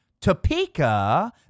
Topeka